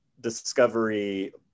discovery